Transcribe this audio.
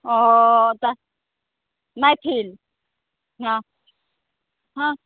ओ तऽ मैथिल हँ हँ